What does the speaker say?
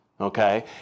Okay